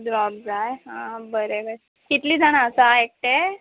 drop आ बरें बरें कितलीं जाणां आसा एकटें